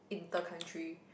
inter country